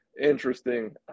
interesting